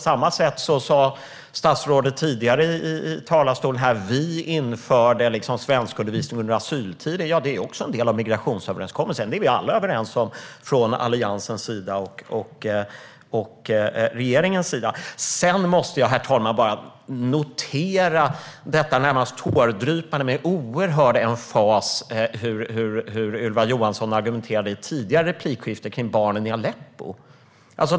Statsrådet sa också tidigare här: Vi införde svenskundervisning under asyltiden. Det är också en del av migrationsöverenskommelsen. Det är vi alla från Alliansen och från regeringen överens om. Jag måste bara notera hur Ylva Johansson närmast tårdrypande och med oerhörd emfas argumenterade i tidigare replikskifte om barnen i Aleppo.